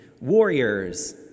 warriors